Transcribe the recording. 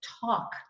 talk